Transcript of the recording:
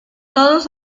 todos